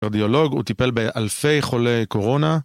קרדיולוג, הוא טיפל באלפי חולי קורונה.